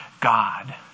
God